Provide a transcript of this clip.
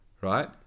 right